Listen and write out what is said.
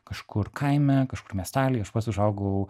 kažkur kaime kažkur miestely aš pats užaugau